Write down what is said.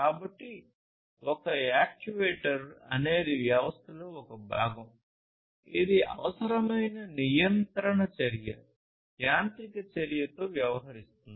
కాబట్టి ఒక యాక్యుయేటర్ అనేది వ్యవస్థలో ఒక భాగం ఇది అవసరమైన నియంత్రణ చర్య వ్యవహరిస్తుంది